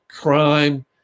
crime